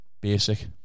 basic